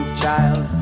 child